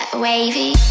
wavy